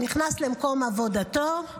נכנס למקום עבודתו,